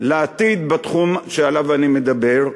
לעתיד בתחום שעליו אני מדבר.